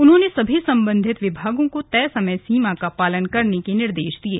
उन्होंने सभी संबंधित विभागों को तय समय सीमा का पालन करने के निर्देश दिये